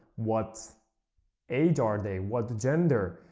what age are they? what gender?